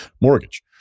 mortgage